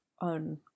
on